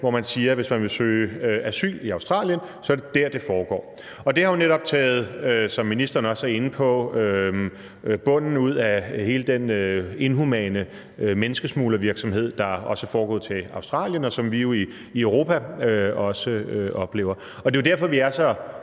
– og de siger, at hvis man vil søge asyl i Australien, er det der, det foregår. Det har netop taget, som ministeren også er inde på, bunden ud af hele den inhumane menneskesmuglervirksomhed, der også er foregået til Australien, og som vi jo i Europa også oplever. Det er jo derfor, vi er så